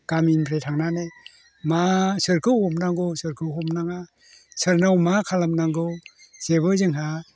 गामिनिफ्राय थांनानै मा सोरखौ हमनांगौ सोरखौ हमनाङा सोरनाव मा खालामनांगौ जेबो जोंहा